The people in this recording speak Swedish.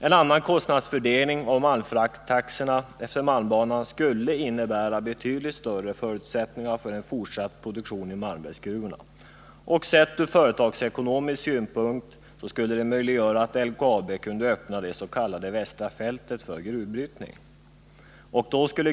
En annan kostnadsfördelning i fråga om de malmfrakttaxor som tillämpas efter malmbanan skulle innebära betydligt bättre förutsättningar för en fortsatt produktion i Malmbergsgruvorna, och sett från företagsekonomisk synpunkt skulle det möjliggöra för LKAB att öppna det s.k. västra fältet för gruvbrytning.